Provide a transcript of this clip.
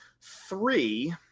Three